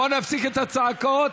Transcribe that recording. בואו נפסיק את הצעקות.